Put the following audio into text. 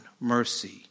mercy